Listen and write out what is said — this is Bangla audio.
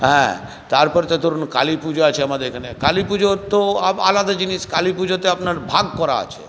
হ্যাঁ তারপর তো ধরুন কালীপুজো আছে আমাদের এখানে কালীপুজোর তো আলাদা জিনিস কালীপুজোতে আপনার ভাগ করা আছে